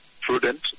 prudent